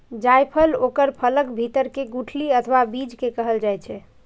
जायफल ओकर फलक भीतर के गुठली अथवा बीज कें कहल जाइ छै